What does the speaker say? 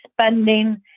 spending